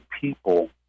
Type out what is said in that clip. people